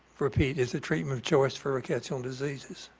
repeat, is the treatment of choice for rickettsial diseases.